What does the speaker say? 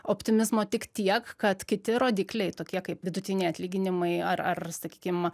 optimizmo tik tiek kad kiti rodikliai tokie kaip vidutiniai atlyginimai ar ar sakykim